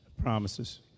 Promises